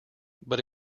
but